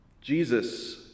Jesus